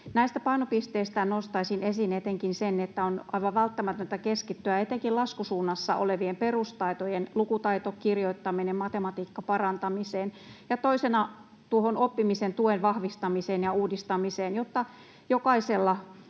Näistä painopisteistä nostaisin esiin etenkin sen, että on aivan välttämätöntä keskittyä etenkin laskusuunnassa olevien perustaitojen — lukutaito, kirjoittaminen, matematiikka — parantamiseen ja toisena tuohon oppimisen tuen vahvistamiseen ja uudistamiseen, jotta jokaisella